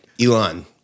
Elon